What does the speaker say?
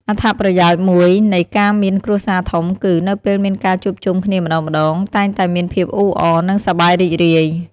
អត្តប្រយោជន៍មួយនៃការមានគ្រួសារធំគឺ នៅពេលមានការជួបជុំគ្នាម្ដងៗ តែងតែមានភាពអ៊ូអរ និងសប្បាយរីករាយ។